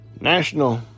National